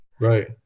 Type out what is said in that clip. Right